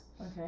Okay